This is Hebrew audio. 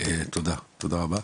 תודה רבה.